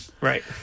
Right